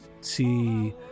see